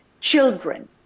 children